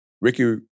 Ricky